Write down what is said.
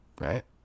right